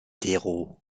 terreaux